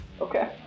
Okay